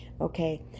okay